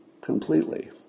completely